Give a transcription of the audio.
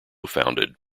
founded